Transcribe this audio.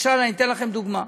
אתן לכם דוגמה: